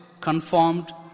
conformed